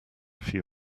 few